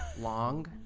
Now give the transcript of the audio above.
Long